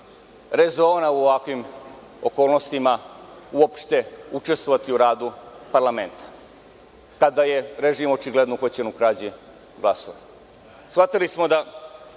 rezona u ovakvim okolnostima uopšte učestvovati u radu parlamenta kada je režim očigledno uhvaćen u krađi glasova.